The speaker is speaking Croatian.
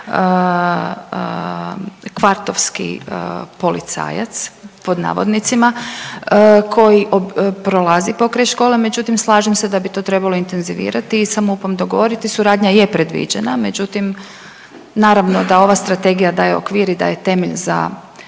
kvartovski policajac, pod navodnicima, koji prolazi pokraj škole. Međutim, slažem se da bi to trebalo intenzivirati i sa MUP-om dogovoriti, suradnja je predviđena, međutim naravno da ova strategija daje okvir i da je temelj za